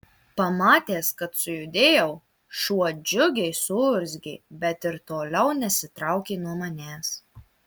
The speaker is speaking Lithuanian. pamatęs kad sujudėjau šuo džiugiai suurzgė bet ir toliau nesitraukė nuo manęs